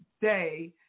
day